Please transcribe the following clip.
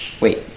wait